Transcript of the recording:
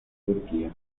turquía